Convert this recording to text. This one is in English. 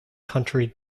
country